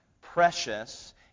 precious